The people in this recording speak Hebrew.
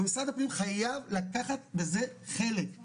ופה אנחנו עובדים בתיאום עם הנציבות.